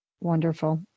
Wonderful